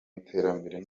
iterambere